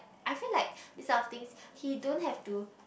I feel like this type of things he don't have to